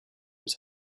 his